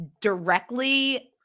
directly